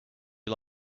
you